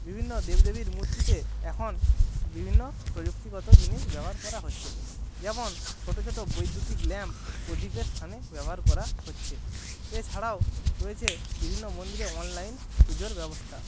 বিভিন্ন দেব দেবীর মূর্তিতে এখন বিভিন্ন প্রযুক্তিগত জিনিস ব্যবহার করা হচ্ছে যেমন ছোট ছোট বৈদ্যুতিক ল্যাম্প প্রদীপের স্থানে ব্যবহার করা হচ্ছে এছাড়াও রয়েছে বিভিন্ন মন্দিরে অনলাইন পুজোর ব্যবস্থা